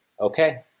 okay